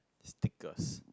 stickers